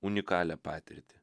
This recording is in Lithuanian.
unikalią patirtį